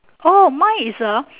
orh mine is a